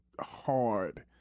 hard